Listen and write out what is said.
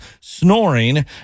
snoring